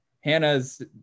Hannah's